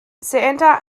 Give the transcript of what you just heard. santa